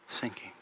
sinking